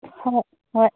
ꯍꯣꯏ ꯍꯣꯏ